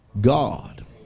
God